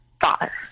father